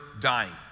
dying